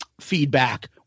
feedback